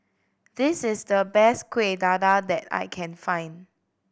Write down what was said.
this is the best Kueh Dadar that I can find